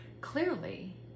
clearly